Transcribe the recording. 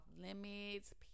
limits